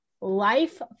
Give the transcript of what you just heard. life